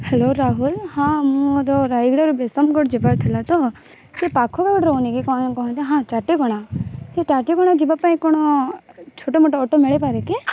hello Rahul ହଁ ମୋର ରାୟଗଡ଼ା ରୁ ବିଷମଗଡ଼ ଯିବାର ଥିଲା ତ ସେ ପାଖରେ ଗୋଟେ ରହୁନି କି କ'ଣ କହନ୍ତି କି ହଁ ଚଟିକଣା ସେ ଚଟିକଣା ଯିବା ପାଇଁ କ'ଣ ଛୋଟ ମୋଟ ଅଟୋ ମିଳିପାରେ କି